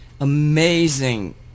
amazing